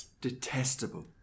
Detestable